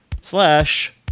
slash